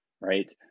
Right